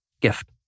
gift